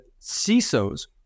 CISOs